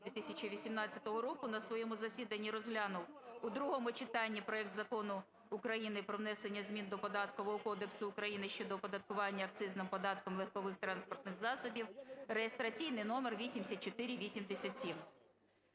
2018 року на своєму засіданні розглянув у другому читанні проект Закону України про внесення змін до Податкового кодексу України щодо оподаткування акцизним податком легкових транспортних засобів (реєстраційний номер 8487).